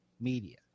media